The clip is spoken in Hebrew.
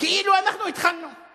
כאילו אנחנו התחלנו,